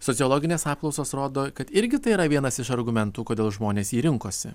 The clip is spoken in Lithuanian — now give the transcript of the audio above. sociologinės apklausos rodo kad irgi tai yra vienas iš argumentų kodėl žmonės jį rinkosi